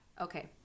okay